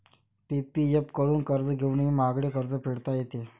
PPF कडून कर्ज घेऊनही महागडे कर्ज फेडता येते